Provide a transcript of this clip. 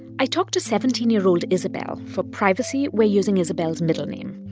i talked to seventeen year old isabel. for privacy, we're using isabel's middle name.